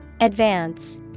Advance